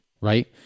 right